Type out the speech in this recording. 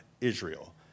Israel